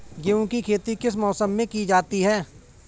गेहूँ की खेती किस मौसम में की जाती है?